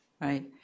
right